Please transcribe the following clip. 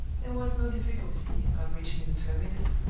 there was no difficulty, on reaching the terminus,